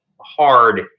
hard